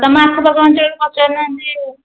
ତମ ଆଖ ପାଖ ଅଞ୍ଚଳରେ ପଚାରୁନାହାଁନ୍ତି